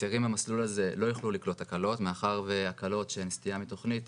היתרים למסלול הזה לא יוכלו לקלוט הקלות מאחר והקלות שהן סטייה מתכנית